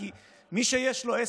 כי מי שיש לו עסק,